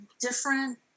different